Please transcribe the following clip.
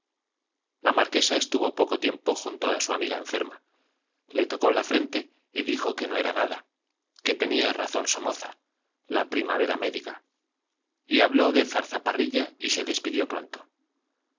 la marquesa estuvo poco tiempo junto a su amiga enferma le tocó la frente y dijo que no era nada que tenía razón somoza la primavera médica y habló de zarzaparrilla y se despidió pronto